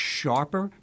sharper